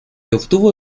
obtuvo